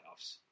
playoffs